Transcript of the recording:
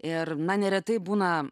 ir na neretai būna